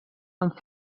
amb